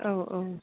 औ औ